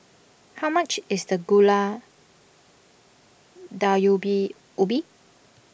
how much is the Gulai Ubi